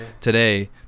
today